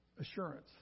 Assurance